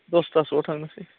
दसथासोआव थांनोसै